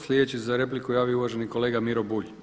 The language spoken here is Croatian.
Sljedeći se za repliku javio uvaženi kolega Miro Bulj.